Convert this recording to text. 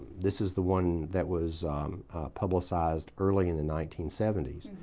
this is the one that was publicized early in the nineteen seventy s,